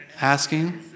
Asking